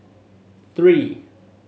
three